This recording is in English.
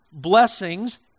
blessings